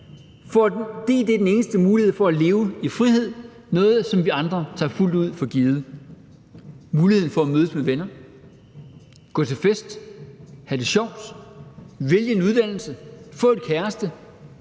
fordi det er den eneste mulighed for at leve i frihed – noget, som vi andre tager fuldt ud for givet: muligheden for at mødes med venner, gå til fest, have det sjovt, vælge en uddannelse, få en kæreste,